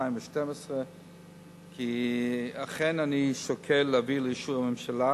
בינואר 2012 כי אכן אני שוקל להביא לאישור הממשלה